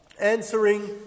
answering